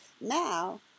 Now